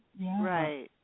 right